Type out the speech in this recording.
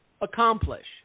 Accomplish